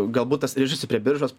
galbūt tas rišasi prie biržos